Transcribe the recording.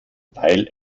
weil